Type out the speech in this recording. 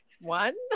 one